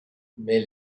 mais